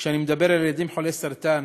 כשאני מדבר על ילדים חולי סרטן,